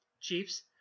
Chiefs